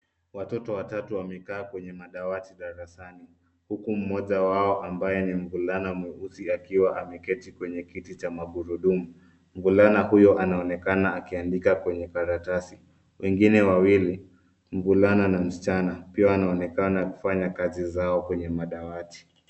Watoto watatu wamekaa kwenye madawati darasani. Huku mmoja wao ambaye ni mvulana mweusi akiwa ameketi kwenye kiti cha magurudumu .Mvulana huyo anaonekana akiandika kwenye karatasi. Wengine wawili mvula na msichana pia wanaonekana wakifanya kazi zao kwenye madawati